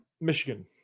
Michigan